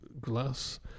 glass